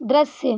दृश्य